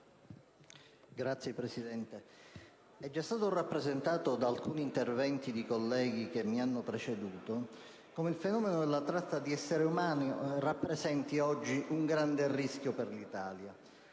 Signor Presidente, è già stato rappresentato da alcuni interventi di colleghi che mi hanno preceduto come il fenomeno della tratta di esseri umani rappresenti un grande rischio per l'Italia.